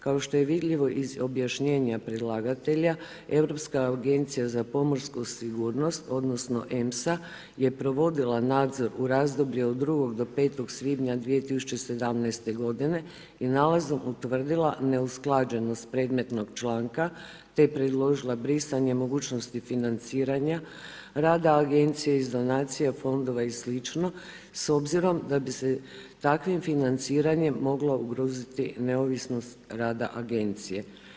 Kao što je vidljivo iz objašnjenja predlagatelja, Europska agencija za pomorsku sigurnost, odnosno EMSA je provodila nadzor u razdoblju od 2. do 5. svibnja 2017. godine i nalazom utvrdila neusklađenost predmetnog članka te predložila brisanje mogućnosti financiranja rada agencije iz donacije fondova i slično s obzirom da bi se takvim financiranjem mogla ugroziti neovisnost rada agencije.